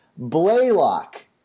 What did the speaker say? blaylock